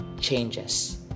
changes